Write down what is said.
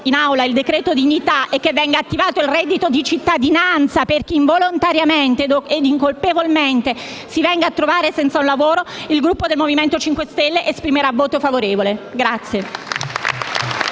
in Aula il decreto dignità e venga attivato il reddito di cittadinanza per chi involontariamente e incolpevolmente si venga a trovare senza lavoro, il Gruppo del MoVimento 5 Stelle esprimerà voto favorevole.